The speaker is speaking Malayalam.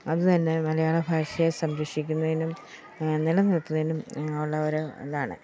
അതു തന്നെ മലയാള ഭാഷയെ സംരക്ഷിക്കുന്നതിനും നിലനിർത്തുന്നതിനും ഉള്ള ഒരു ഇതാണ്